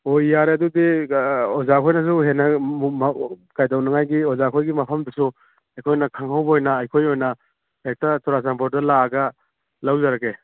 ꯍꯣꯏ ꯌꯥꯔꯦ ꯑꯗꯨꯗꯤ ꯑꯣꯖꯥ ꯈꯣꯏꯅꯁꯨ ꯍꯦꯟꯅ ꯀꯩꯗꯧꯅꯤꯡꯉꯥꯏꯒꯤ ꯑꯣꯖꯥ ꯈꯣꯏꯒꯤ ꯃꯐꯝꯗꯁꯨ ꯑꯩꯈꯣꯏꯅ ꯈꯪꯍꯧꯕ ꯑꯣꯏꯅ ꯑꯩꯈꯣꯏ ꯑꯣꯏꯅ ꯍꯦꯛꯇ ꯆꯨꯔꯥꯆꯥꯟꯄꯨꯔꯗ ꯂꯥꯛꯑꯒ ꯂꯧꯖꯔꯒꯦ